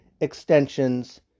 extensions